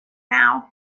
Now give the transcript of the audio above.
now